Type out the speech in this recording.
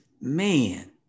man